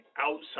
outside